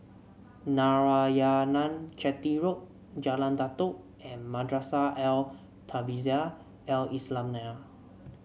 Narayanan Chetty Road Jalan Datoh and Madrasah Al Tahzibiah Al Islamiah